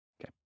Okay